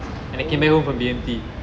oh